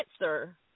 answer